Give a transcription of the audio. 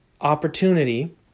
opportunity